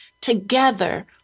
together